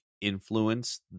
influence